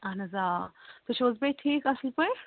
اَہَن حظ آ تُہۍ چھو حظ بیٚیہِ ٹھیٖک اَصٕل پٲٹھۍ